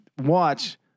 Watch